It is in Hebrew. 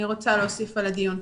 אני רוצה להוסיף לדיון.